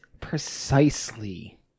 precisely